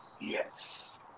Yes